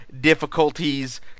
difficulties